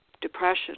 depression